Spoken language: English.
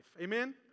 Amen